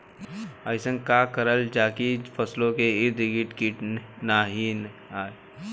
अइसन का करल जाकि फसलों के ईद गिर्द कीट आएं ही न?